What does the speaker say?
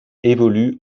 évolue